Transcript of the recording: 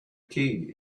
king